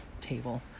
table